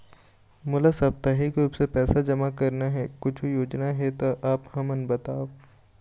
मोला साप्ताहिक रूप से पैसा जमा करना हे, कुछू योजना हे त आप हमन बताव?